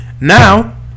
Now